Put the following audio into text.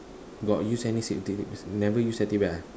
got use any safety never use safety belt ah